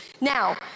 Now